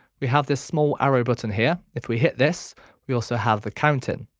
we have this small arrow button here. if we hit this we also have the count in.